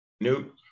Newt